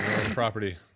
property